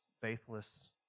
faithless